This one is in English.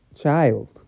child